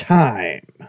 time